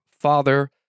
father